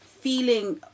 feeling